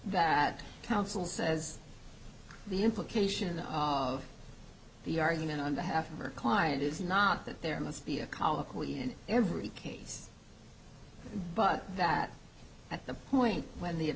that council says the implication of the argument on behalf of your client is not that there must be a colloquy in every case but that at the point when the